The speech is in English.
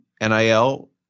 nil